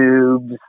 tubes